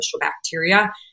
bacteria